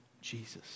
Jesus